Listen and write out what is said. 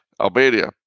Albania